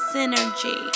Synergy